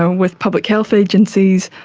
ah with public health agencies,